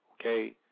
Okay